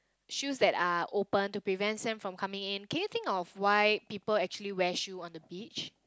shoes that are open to prevent sand from coming in can you think of why people actually wear shoe on the beach